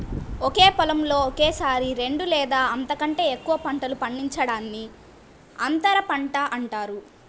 ఒకే పొలంలో ఒకేసారి రెండు లేదా అంతకంటే ఎక్కువ పంటలు పండించడాన్ని అంతర పంట అంటారు